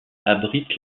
abrite